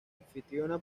anfitriona